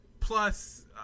Plus